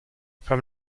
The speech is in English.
from